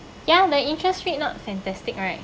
ya the interest rate not fantastic right